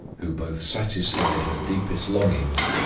who both satisfied her deepest longings,